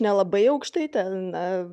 nelabai aukštai ten